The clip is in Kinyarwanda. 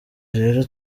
rero